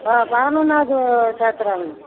ஆ பதினொன்னாவது சேர்த்துறேங்க